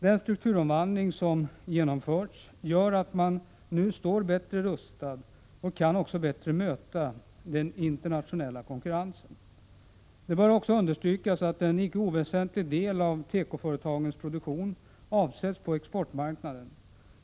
Den strukturomvandling som genomförts gör att man nu står bättre rustad och bättre kan möta den internationella konkurrensen. Det bör också understrykas att en icke oväsentlig del av tekoföretagens produktion avsätts på exportmarknaden.